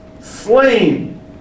Slain